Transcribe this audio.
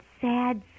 sad